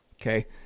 Okay